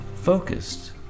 focused